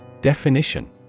Definition